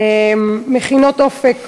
מכינות "אופק",